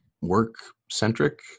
work-centric